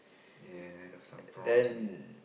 and have some prawns in it